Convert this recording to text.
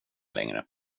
längre